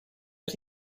but